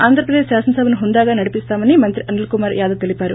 ఆంధ్రప్రదేశ్ శాసనసభను హుందాగా నడిపిస్తామని మంత్రి అనిల్ కుమార్ యాదవ్ తెలిపారు